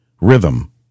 rhythm